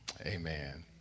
Amen